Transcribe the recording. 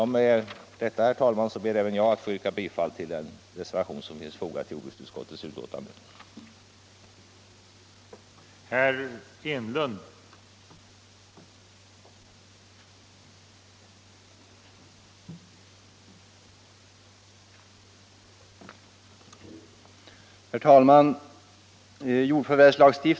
Med detta, herr talman, ber även jag att få yrka bifall till den reservation som är fogad till jordbruksutskottets betänkande nr 36.